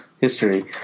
History